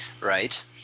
Right